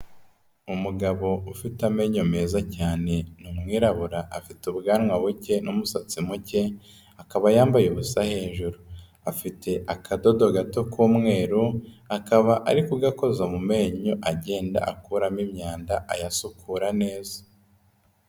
Umugabo ufite amenyo meza cyane ni umwirabura afite ubwanwa buke n'umusatsi muke akaba yambaye ubusa hejuru. Afite akadodo gato k'umweru akaba ari kugakoza mu menyo agenda akuramo imyanda ayasukura neza.